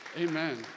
Amen